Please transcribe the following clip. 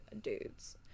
dudes